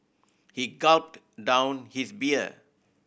he gulped down his beer